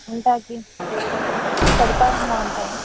ఉండటానికి సదుపాయంగా ఉంటాయా